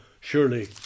surely